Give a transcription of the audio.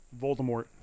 Voldemort